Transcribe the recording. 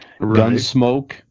Gunsmoke